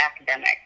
academic